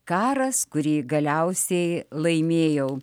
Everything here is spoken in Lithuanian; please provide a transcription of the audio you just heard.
karas kurį galiausiai laimėjau